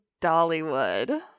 Dollywood